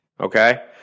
Okay